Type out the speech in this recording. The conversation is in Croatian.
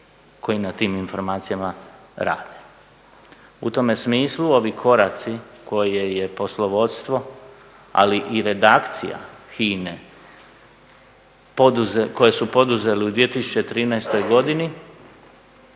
koji na tim informacijama rade. U tome smislu ovi koraci koje je poslovodstvo ali i redakcija HINA-e koje su poduzeli u 2013. godini